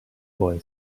boy